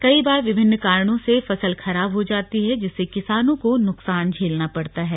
कई बार विभिन्न कारणों से फसल खराब हो जाती है जिससे किसानों को नुकसान झेलना पड़ता है